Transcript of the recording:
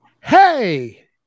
Hey